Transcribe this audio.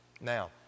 Now